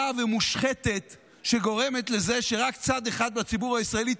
ומושחתת שגורמת לזה שרק צד אחד בציבור הישראלי,